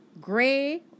gray